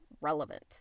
relevant